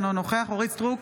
אינו נוכח אורית מלכה סטרוק,